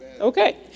Okay